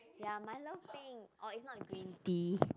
ya Milo peng or if not a green tea